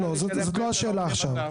לא, זאת לא השאלה עכשיו.